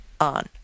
on